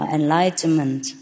enlightenment